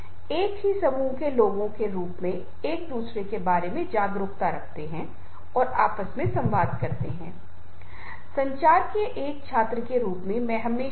हमारे धर्म गुरुओं धर्म प्रचारकों गुरुओं में बहुत सारे हैं और बस उनके प्रेरक भाषणों के कारण भी लोग अपने जीवन का बलिदान करने के लिए तैयार हैं